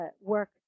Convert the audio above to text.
work